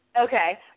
Okay